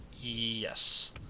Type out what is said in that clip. Yes